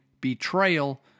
betrayal